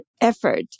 effort